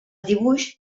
dibuix